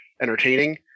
entertaining